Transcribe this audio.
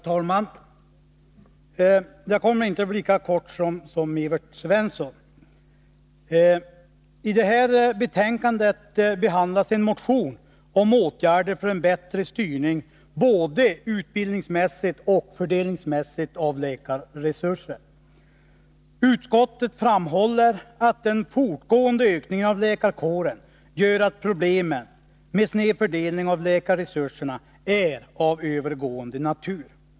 Herr talman! Jag kommer inte att bli lika kortfattad som Evert Svensson. I det här betänkandet behandlas en motion om åtgärder för en bättre styrning, både utbildningsmässigt och fördelningsmässigt, av läkarresurser. Utskottet framhåller att den fortgående ökningen av läkarkåren gör att problemen med snedfördelning av läkarresurserna är av övergående natur.